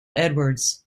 edwards